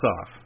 off